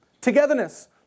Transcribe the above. Togetherness